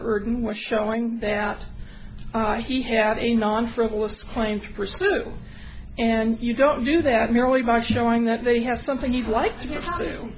burden was showing that he had a non frivolous claim to pursue and you don't do that merely by showing that they have something you'd like to